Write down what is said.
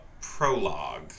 prologue